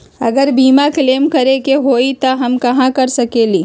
अगर बीमा क्लेम करे के होई त हम कहा कर सकेली?